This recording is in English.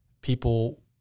people